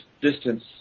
distance